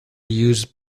use